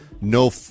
no